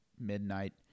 midnight